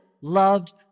loved